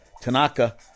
Tanaka